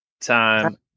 Time